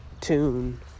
tune